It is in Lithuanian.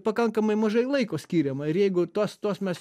pakankamai mažai laiko skiriama ir jeigu tas tuos mes